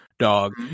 dog